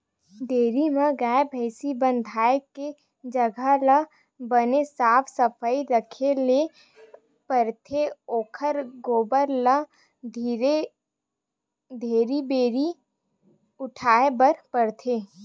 dairy म गाय, भइसी बंधाए के जघा ल बने साफ सफई राखे ल परथे ओखर गोबर ल घेरी भेरी उठाए बर परथे